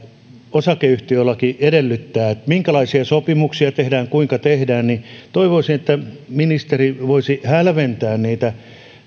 osakeyhtiölaki edellyttää minkälaisia sopimuksia tehdään kuinka tehdään niin toivoisin että ministeri voisi hälventää niitä